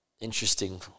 interesting